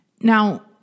Now